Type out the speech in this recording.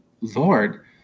Lord